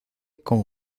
con